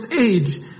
age